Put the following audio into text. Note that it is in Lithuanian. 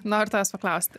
noriu tavęs paklausti